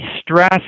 stress